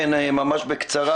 כן, ממש בקצרה.